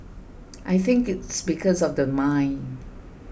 I think it's because of the mine